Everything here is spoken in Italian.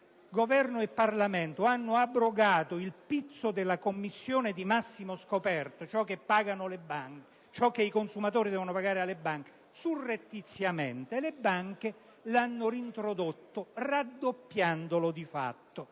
Governo e Parlamento hanno abrogato il pizzo della commissione di massimo scoperto, ciò che i consumatori devono pagare alle banche, surrettiziamente le banche lo hanno reintrodotto, raddoppiandolo di fatto.